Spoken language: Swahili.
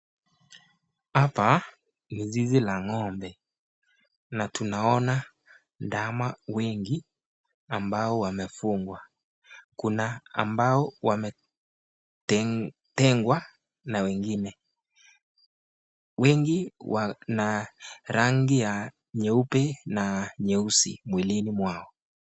Hapa ni zizi la ng'ombe na tunaona ndama wengi ambao wamefungwa. Kuna ambao wametengwa na wengine. Wengi wana rangi ya nyeupe na nyeusi mwilini mwao.